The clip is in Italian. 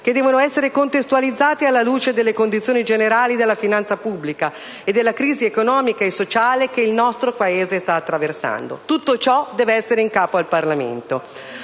che devono essere contestualizzati alla luce delle condizioni generali della finanza pubblica e della crisi economica e sociale che il nostro Paese sta attraversando. Tutto ciò deve essere in capo al Parlamento.